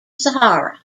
sahara